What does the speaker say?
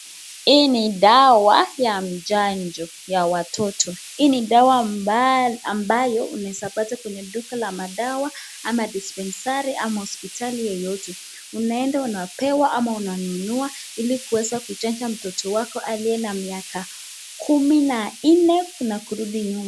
Hii ni dawa ya chanjo ya watoto, hii ni dawa ambayo unaweza pata kwenye duka la madawa ama dispensary ama hospitali yeyote. Unaenda unapewa ama unanunua ili kuweza kuchanja mtoto wako aliye na miaka kumi na nne kurudi nyuma.